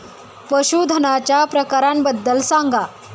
पशूधनाच्या प्रकारांबद्दल सांगा